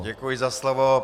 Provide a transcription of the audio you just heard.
Děkuji za slovo.